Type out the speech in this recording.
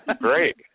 Great